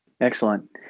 Excellent